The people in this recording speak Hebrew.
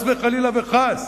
חס וחלילה וחס,